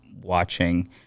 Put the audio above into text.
watching